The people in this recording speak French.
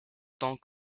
tant